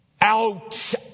Out